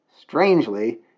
Strangely